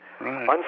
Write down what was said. right